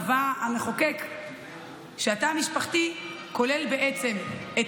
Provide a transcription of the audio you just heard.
קבע המחוקק שהתא המשפחתי כולל בעצם את